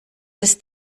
ist